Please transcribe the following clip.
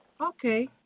Okay